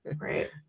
right